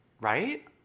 Right